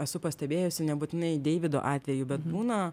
esu pastebėjusi nebūtinai deivido atveju bet nūna